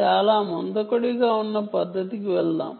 చాలా మందకొడిగా ఉన్న సెషన్ 2 మరియు 3 కి వెళ్దాం